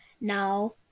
Now